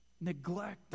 neglect